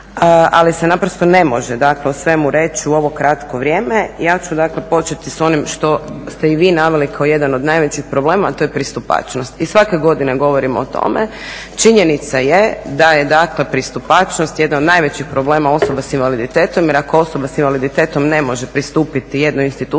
ali se naprosto ne može dakle o svemu reći u ovo kratko vrijeme. Ja ću dakle početi sa onim što ste i vi naveli kao jedan od najvećih problema a to je pristupačnost. I svake godine govorimo o tome, činjenica je da je dakle pristupačnost jedan od najvećih problema osoba sa invaliditetom. Jer ako osoba sa invaliditetom ne može pristupiti jednoj instituciji